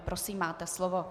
Prosím, máte slovo.